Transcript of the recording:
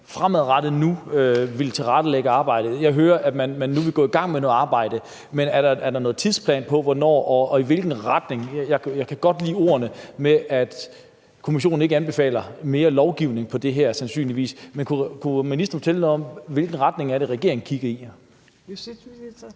fremadrettet nu vil tilrettelægge arbejdet. Jeg hører, at man nu vil gå i gang med noget arbejde, men er der en tidsplan for hvornår og i hvilken retning? Jeg kan godt lide ordene om, at kommissionen ikke anbefaler mere lovgivning om det her, sandsynligvis, men kunne ministeren fortælle noget om, i hvilken retning det er, regeringen kigger? Kl.